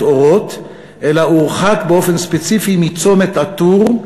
אורות" אלא הורחק באופן ספציפי מצומת א-טור,